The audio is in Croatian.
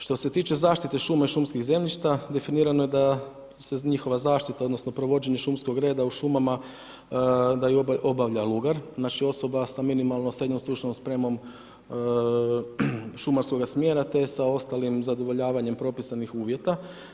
Što se tiče zaštite šuma i šumskih zemljišta definirano je da se njihova zaštita odnosno, provođenje šumskog reda u šumama da ju obavlja lugar, znači osoba sa minimalnom SSS šumarskoga smjera te sa ostalim zadovoljavanjem propisanim uvjeta.